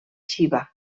xiva